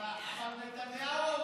אבל נתניהו אמר,